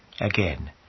Again